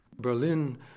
Berlin